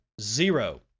zero